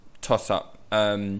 toss-up